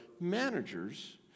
managers